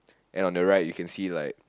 and on the right you can see like